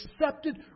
accepted